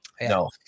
no